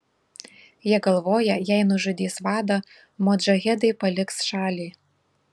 jie galvoja jei nužudys vadą modžahedai paliks šalį